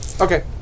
Okay